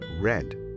red